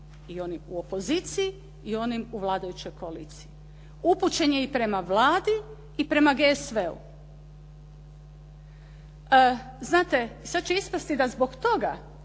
i onih u opoziciji i onim u vladajućoj koaliciji. Upućen je i prema Vladi i prema GSV-u. Znate, sad će ispasti da zbog toga